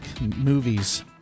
movies